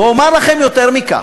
ואומר לכם יותר מכך: